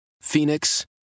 Phoenix